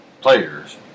players